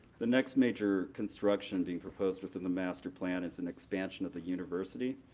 the next major construction being proposed within the master plan is an expansion of the university.